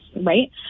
right